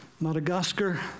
Madagascar